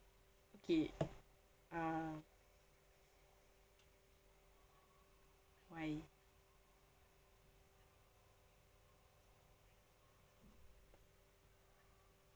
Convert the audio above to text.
okay uh why